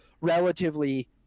relatively